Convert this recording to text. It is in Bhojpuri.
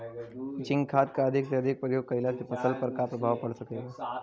जिंक खाद क अधिक से अधिक प्रयोग कइला से फसल पर का प्रभाव पड़ सकेला?